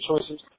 choices